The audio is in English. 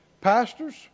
pastors